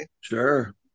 Sure